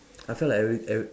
I felt like every every